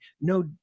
No